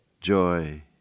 joy